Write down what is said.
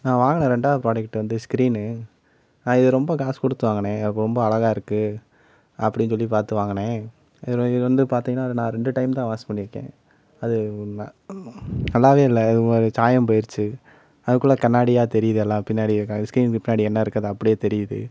நான் வாங்கின ரெண்டாவது ப்ராடக்ட்டு வந்து ஸ்கிரீன்னு அது ரொம்ப காசு கொடுத்து வாங்கினேன் அது ரொம்ப அழகா இருக்குது அப்படின்னு சொல்லி பார்த்து வாங்கினேன் இதில் இதில் வந்து பார்த்தீங்கனா இது நான் ரெண்டு டைம் தான் வாஷ் பண்ணியிருக்கேன் அது உண்மை நல்லாவே இல்லை அது அது சாயம் போயிடுச்சு அதுக்குள்ளே கண்ணாடியாக தெரியுது எல்லாம் பின்னாடி இருக்கிற ஸ்கிரீன்னுக்கு பின்னாடி என்ன இருக்கோ அது அப்படியே தெரியுது